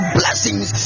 blessings